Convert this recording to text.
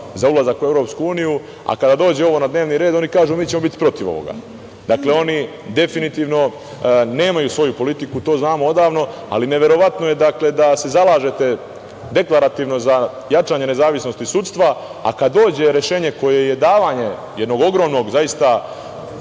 za ulazak u EU, a kada dođe ovo na dnevni red oni kažu - mi ćemo biti protiv ovoga. Dakle, oni definitivno nemaju svoju politiku, to znamo odavno, ali neverovatno je da se zalažete deklarativno za jačanje ne zavisnosti sudstva, a kada dođe rešenje koje je davanje jednog ogromnog, kako